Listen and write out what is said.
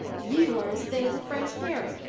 you are as thin as a french herring,